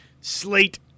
slate